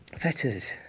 fetters.